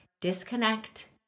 disconnect